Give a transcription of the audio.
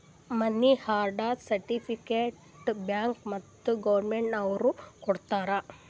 ಮನಿ order certificate bank ಮತ್ತ್ government ನವ್ರು ಕೊಡ್ತಾರ